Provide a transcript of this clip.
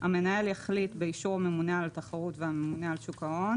המנהל יחליט באישור הממונה על התחרות והממונה על שוק ההון